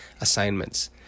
assignments